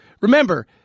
remember